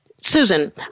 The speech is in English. Susan